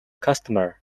customer